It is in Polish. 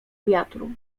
wiatru